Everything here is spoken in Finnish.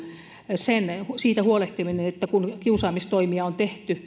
siitä huolehtiminen että kun kiusaamistoimia on tehty